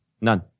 None